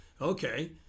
Okay